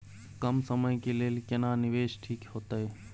कम समय के लेल केना निवेश ठीक होते?